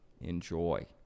enjoy